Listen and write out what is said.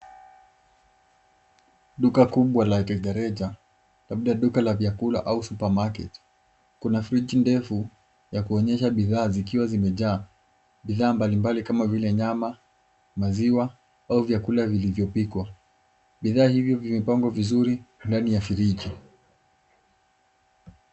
Duka kubwa la rejareja labda duka la biashara au Supermarket .Kuna friji ndefu ya kuonyesha bidhaa zikiwa zimejaa. Bidhaa mbalimbali kama vile nyama, maziwa au vyakula vilivyopikwa. Bidhaa hizi zimepangwa vizuri ndani ya friji.